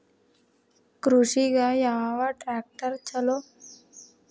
ಕೃಷಿಗ ಯಾವ ಟ್ರ್ಯಾಕ್ಟರ್ ಛಲೋ?